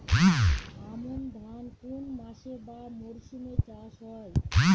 আমন ধান কোন মাসে বা মরশুমে চাষ হয়?